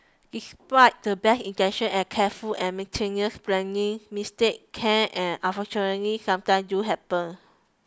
despite the best intentions and careful and planning mistakes can and unfortunately sometimes do happen